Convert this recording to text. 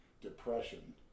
depression